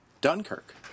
Dunkirk